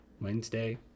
Wednesday